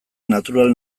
natural